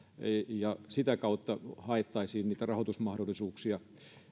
ja sitä kautta haettaisiin niitä rahoitusmahdollisuuksia